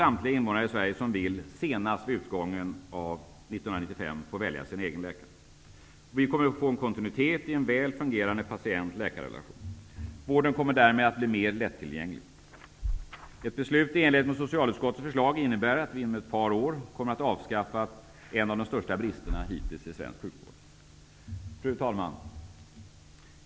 Patienten får en kontinuitet i en väl fungerande relation mellan patient och läkare. Vården kommer därmed att bli mer lättillgänglig. Ett beslut i enlighet med socialutskottets förslag innebär att vi inom ett par år kommer att ha avskaffat en av de största bristerna hittills i svensk sjukvård. Fru talman!